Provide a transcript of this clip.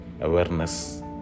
Awareness